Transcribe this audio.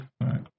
Right